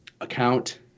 account